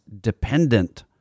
dependent